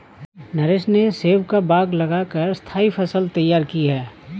नरेश ने सेब का बाग लगा कर स्थाई फसल तैयार की है